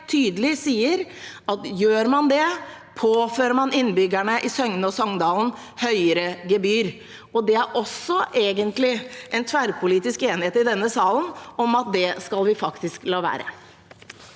tydelig sier at gjør man det, påfører man innbyggerne i Søgne og Songdalen høyere gebyrer. Det er egentlig også en tverrpolitisk enighet i denne salen om at det skal vi la være